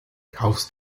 kaufst